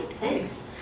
Thanks